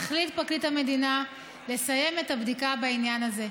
החליט פרקליט המדינה לסיים את הבדיקה בעניין הזה.